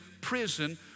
prison